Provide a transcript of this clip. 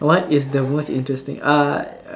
what is the most interesting uh